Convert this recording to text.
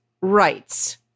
rights